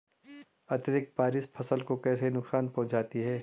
अत्यधिक बारिश फसल को कैसे नुकसान पहुंचाती है?